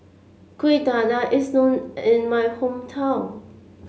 Kueh Dadar is known in my hometown